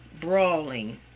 brawling